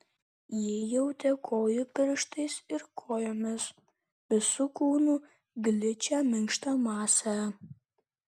ji jautė kojų pirštais ir kojomis visu kūnu gličią minkštą masę